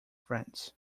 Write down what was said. friends